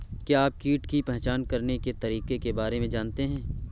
क्या आप कीट की पहचान करने के तरीकों के बारे में जानते हैं?